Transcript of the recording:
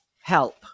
help